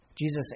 Jesus